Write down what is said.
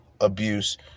abuse